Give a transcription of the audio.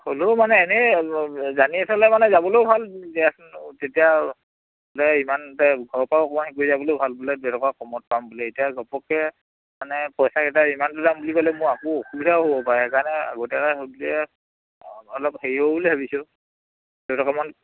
হ'লেও মানে এনে জানি থ'লে মানে যাবলৈও ভাল দিয়াচোন অ' তেতিয়া কৰি যাবলৈৰও ভাল বেলেগত কমত পাম বুলি এতিয়া ঘপক্কে মানে পইচা কেইটা ইমান দূৰ যাম বুলি ক'লে মোৰ আকৌ অসুবিধাও হ'ব পাৰে সেইকাৰণে আগতীয়াকৈ সুধিলে অলপ হেৰি হ'ব বুলি ভাবিছো দুটকামান